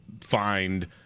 find